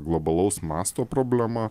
globalaus masto problema